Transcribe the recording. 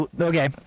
Okay